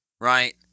Right